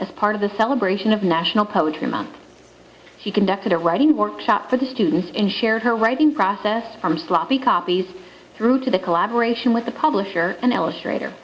as part of the celebration of national poetry month she conducted a writing workshop for the students in shared her writing process from sloppy copies through to the collaboration with the publisher and illustrator